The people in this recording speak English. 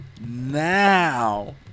now